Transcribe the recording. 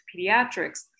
pediatrics